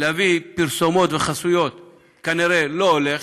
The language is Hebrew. להביא פרסומות וחסויות כנראה לא הולך,